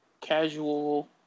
casual